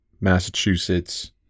Massachusetts